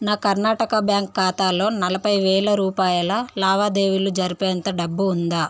నా కర్ణాటక బ్యాంక్ ఖాతాలో నలభై వేల రూపాయల లావాదేవీలు జరిపేంత డబ్బు ఉందా